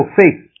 faith